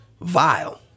vile